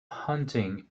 hunting